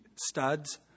studs